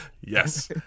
Yes